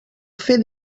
fer